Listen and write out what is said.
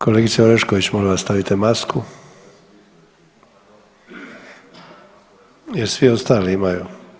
Kolegice Orešković molim vas stavite masku jer svi ostali imaju.